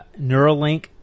Neuralink